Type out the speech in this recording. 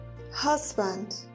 husband